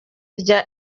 rya